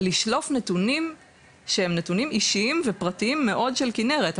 לשלוף נתונים שהם נתונים אישיים ופרטים מאוד של כנרת,